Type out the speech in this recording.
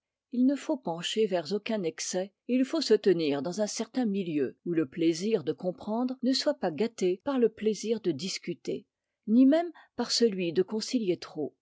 il ne faut pencher vers aucun excès et il faut se tenir dans un certain milieu où le plaisir de comprendre ne soit pas gâté par le plaisir de discuter ni même par celui de concilier trop